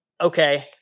okay